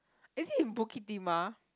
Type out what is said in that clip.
is it in Bukit Timah